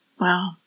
Wow